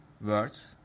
words